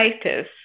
status